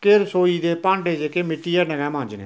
के रसोई दे भांडे जेह्के मिट्टियै नै गै मांजने